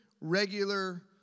regular